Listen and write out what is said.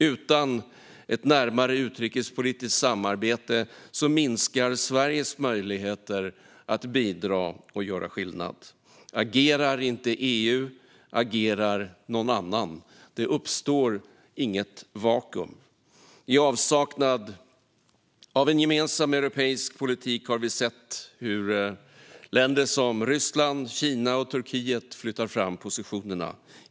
Utan ett närmare utrikespolitiskt samarbete minskar Sveriges möjligheter att bidra och göra skillnad. Agerar inte EU agerar någon annan. Det uppstår inget vakuum. I avsaknad av en gemensam europeisk politik har vi sett hur länder som Ryssland, Kina och Turkiet flyttar fram positionerna.